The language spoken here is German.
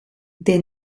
denn